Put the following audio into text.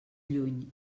lluny